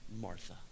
Martha